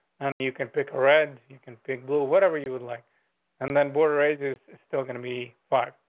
and you can pick a red. you can pick blue whatever you would like and then bored raises still gonna be five.